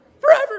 forever